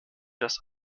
das